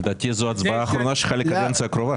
לדעתי זו ההצבעה האחרונה שלך לקדנציה הקרובה.